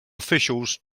officials